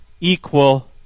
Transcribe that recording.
equal